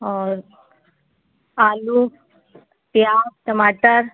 और आलू प्याज टमाटर